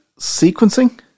sequencing